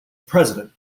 president